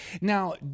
Now